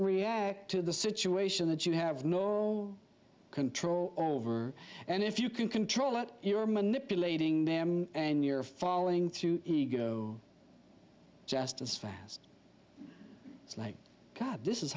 react to the situation that you have no control over and if you can control it you're manipulating them and you're falling to go just as fast it's like god this is